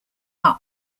are